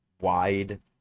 wide